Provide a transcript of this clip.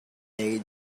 they